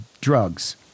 drugs